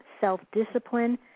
self-discipline